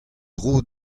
dro